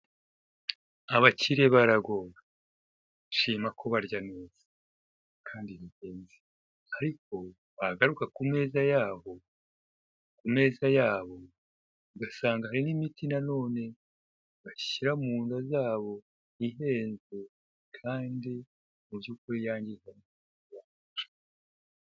Abakire baragowe! Nshima ko barya neza, kandi ni ingenzi. Ariko, wagaruka ku meza yabo, ku meza yabo, ugasanga hari n'imiti na none bashyira mu nda zabo, ihenze, kandi mu by'ukuri yangiza.